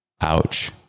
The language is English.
Ouch